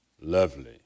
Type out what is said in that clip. Lovely